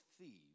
thieves